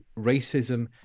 racism